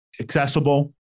accessible